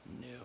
new